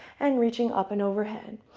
and reaching up and overhead.